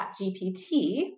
ChatGPT